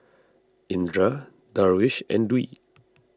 Indra Darwish and Dwi